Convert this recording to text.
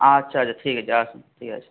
আচ্ছা আচ্ছা ঠিক আছে আসুন ঠিক আছে